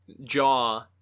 jaw